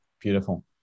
Beautiful